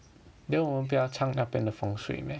then 我们不要查那边的风水 meh